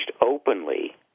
openly